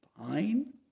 fine